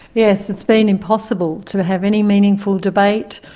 yes, it's been impossible to have any meaningful debate.